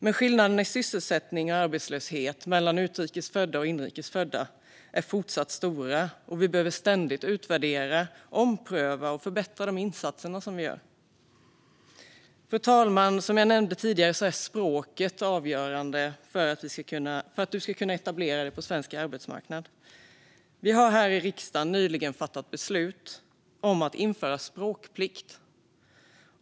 Men skillnaderna i sysselsättning och arbetslöshet mellan utrikes födda och inrikes födda är fortsatt stora, och vi behöver ständigt utvärdera, ompröva och förbättra de insatser som vi gör. Fru talman! Som jag nämnde tidigare är språket avgörande för att man ska kunna etablera sig på svensk arbetsmarknad. Vi har här i riksdagen nyligen fattat beslut om att införa språkplikt.